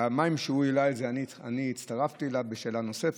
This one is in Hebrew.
בפעמיים שהוא העלה את זה הצטרפתי אליו בשאלה נוספת.